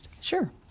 Sure